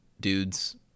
dudes